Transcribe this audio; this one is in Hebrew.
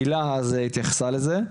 הילה אז התייחסה לזה.